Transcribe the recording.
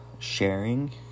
sharing